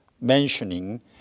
mentioning